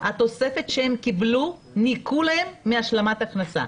את התוספת שהם קיבלו ניכו להם מהשלמת הכנסה.